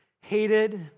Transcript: hated